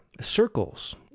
Circles